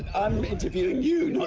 i'm interviewing you.